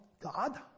God